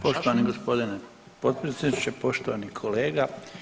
Poštovani g. potpredsjedniče, poštovani kolega.